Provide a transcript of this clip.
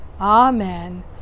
Amen